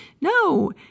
No